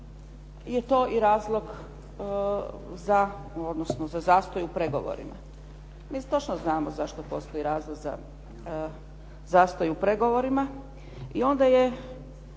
za, odnosno za zastoj u pregovorima. Mi točno znamo zašto postoji razlog za zastoj u pregovorima i onda je